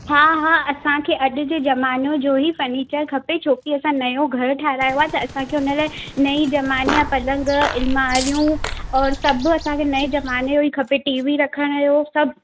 हा हा असांखे अॼु जे ज़मानो जो ई फर्निचर खपे छोकी असां नयो घर ठाहिरायो आहे त असांखे हुन लाइ नई ज़माने या पलंग अलमारियूं और सभु असांखे नए ज़माने जो ई खपे टी वी रखण जो सभु